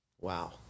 Wow